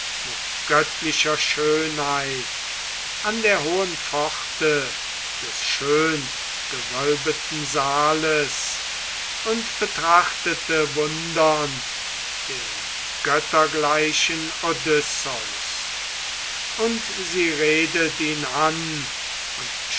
mit göttlicher schönheit an der hohen pforte des schöngewölbeten saales und betrachtete wundernd den göttergleichen odysseus und sie redet ihn an und